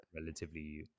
relatively